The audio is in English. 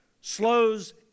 slows